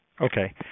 Okay